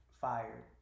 fired